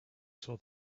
saw